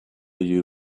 you